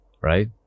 right